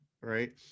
right